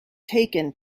taken